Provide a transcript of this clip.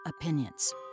opinions